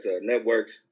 networks